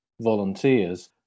volunteers